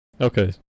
Okay